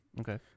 Okay